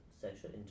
sexual